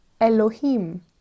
ELOHIM